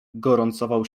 gorącował